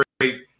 great